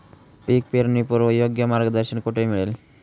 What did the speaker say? पीक पेरणीपूर्व योग्य मार्गदर्शन कुठे मिळेल?